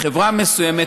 בחברה מסוימת,